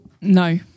no